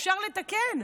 שאפשר לתקן.